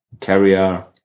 carrier